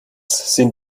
sind